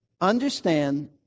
understand